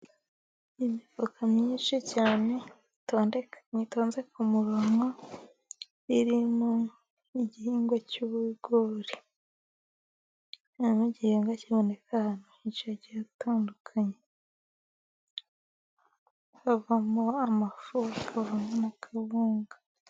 Imifuka myinshi cyane itondekanye itonze ku murongo, irimo igihingwa cy'ibigori, igihingwa kiboneka ahantu hagihe hatandukanye, havamo amafu hakavamo na kawunga.